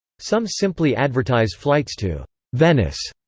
some simply advertise flights to venice,